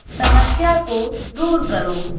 समस्या को दूर करो